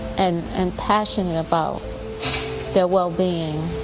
and and passionate about their well being.